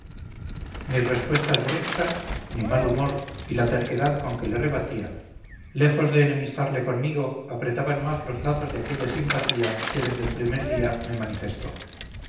mis respuestas bruscas mi mal humor y la terquedad con que le rebatía lejos de enemistarle conmigo apretaban más los lazos de aquella simpatía que desde el primer día me manifestó